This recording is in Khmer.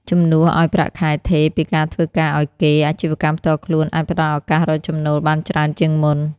ជំនួសឱ្យប្រាក់ខែថេរពីការធ្វើការឱ្យគេ អាជីវកម្មផ្ទាល់ខ្លួនអាចផ្តល់ឱកាសរកចំណូលបានច្រើនជាងមុន។